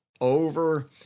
over